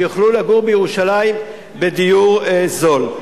שיוכלו לגור בירושלים בדיור זול.